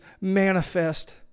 manifest